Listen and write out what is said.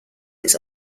its